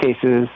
cases